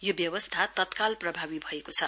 यो व्यवस्था तत्काल प्रभावी भएको छ